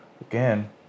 again